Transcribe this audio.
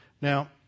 Now